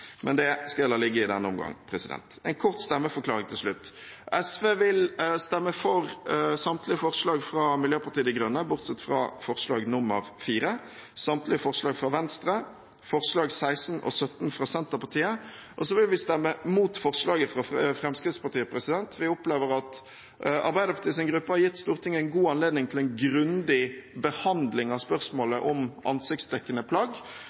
Men det skal jeg la ligge i denne omgang. En kort stemmeforklaring til slutt: SV vil stemme for samtlige forslag fra Miljøpartiet De Grønne, bortsett fra forslag nr. 4, for samtlige forslag fra Venstre, for forslagene nr. 16 og 17, fra Senterpartiet, og så vil vi stemme imot forslaget fra Fremskrittspartiet. Vi opplever at Arbeiderpartiets gruppe har gitt Stortinget en god anledning til en grundig behandling av spørsmålet om ansiktsdekkende plagg.